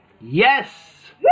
Yes